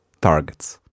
targets